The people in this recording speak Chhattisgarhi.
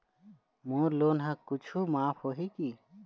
मोर लोन हा कुछू माफ होही की?